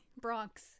Bronx